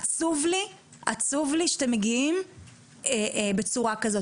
עצוב לי שאתם מגיעים בצורה כזו.